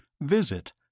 visit